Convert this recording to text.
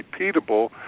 repeatable